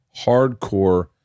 hardcore